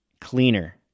cleaner